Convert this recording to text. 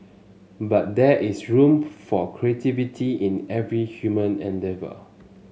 but there is room for creativity in every human endeavour